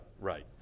right